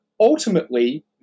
ultimately